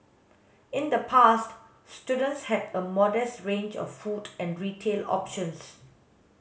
in the past students had a modest range of food and retail options